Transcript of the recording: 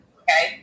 okay